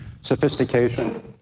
sophistication